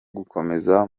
gukomeza